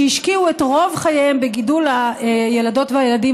שהשקיעו את רוב חייהן בגידול הילדות והילדים